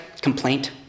complaint